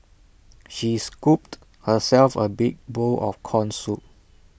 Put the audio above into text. she scooped herself A big bowl of Corn Soup